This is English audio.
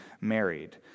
married